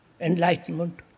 enlightenment